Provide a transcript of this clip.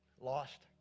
lost